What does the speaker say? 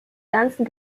ganzen